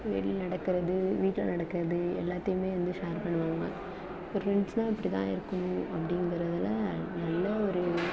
வெளியில் நடக்கிறது வீட்டில் நடக்கிறது எல்லாத்தையுமே வந்து ஷேர் பண்ணுவாங்க ஒரு ஃப்ரெண்ட்ஸுன்னா இப்படிதான் இருக்கணும் அப்படிங்கறதுல நல்ல ஒரு